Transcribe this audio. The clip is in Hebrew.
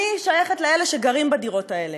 אני שייכת לאלה שגרים בדירות האלה.